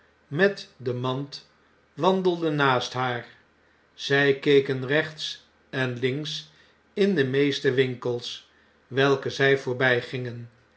met demand wandelde naast haar zij keken rechts en links in de meeste winkels welke zy